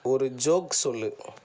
ஒரு ஜோக் சொல்லு